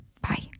Bye